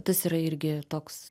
tas yra irgi toks